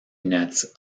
nets